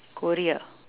korea